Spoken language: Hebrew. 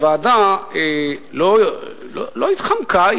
הוועדה לא התחמקה,